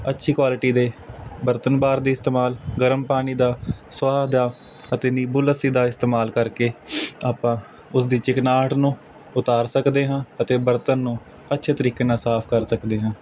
ਅੱਛੀ ਕੁਆਲਿਟੀ ਦੇ ਬਰਤਨ ਬਾਰ ਦੀ ਇਸਤੇਮਾਲ ਗਰਮ ਪਾਣੀ ਦਾ ਸਵਾਹ ਦਾ ਅਤੇ ਨਿੰਬੂ ਲੱਸੀ ਦਾ ਇਸਤੇਮਾਲ ਕਰਕੇ ਆਪਾਂ ਉਸ ਦੀ ਚਿਕਨਾਟ ਨੂੰ ਉਤਾਰ ਸਕਦੇ ਹਾਂ ਅਤੇ ਬਰਤਨ ਨੂੰ ਅੱਛੇ ਤਰੀਕੇ ਨਾਲ ਸਾਫ਼ ਕਰ ਸਕਦੇ ਹਾਂ